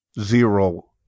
zero